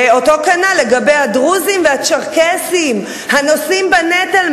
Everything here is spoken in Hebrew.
וכנ"ל לגבי הדרוזים והצ'רקסים הנושאים בנטל,